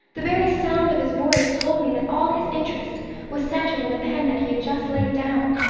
the very sound of his voice told me that all his interest was centered in the pen that he had just laid down.